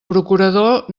procurador